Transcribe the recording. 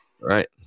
right